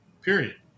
period